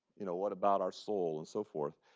you know what about our soul, and so forth?